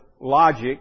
logic